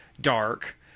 dark